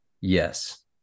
yes